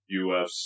UFC